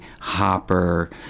Hopper